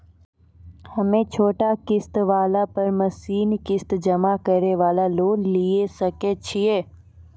हम्मय छोटा किस्त वाला पर महीना किस्त जमा करे वाला लोन लिये सकय छियै?